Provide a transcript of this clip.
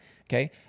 Okay